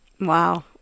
Wow